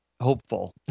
hopeful